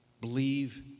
Believe